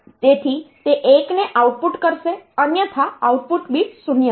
તેથી તે 1 ને આઉટપુટ કરશે અન્યથા આઉટપુટ બીટ 0 હશે